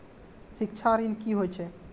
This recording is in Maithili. शिक्षा ऋण की होय छै?